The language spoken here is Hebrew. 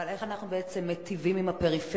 אבל איך אנחנו בעצם מיטיבים עם הפריפריה,